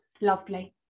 lovely